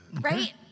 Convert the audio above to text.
Right